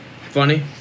funny